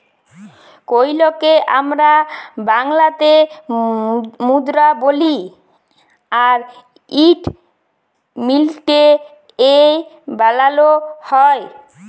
কইলকে আমরা বাংলাতে মুদরা বলি আর ইট মিলটে এ বালালো হয়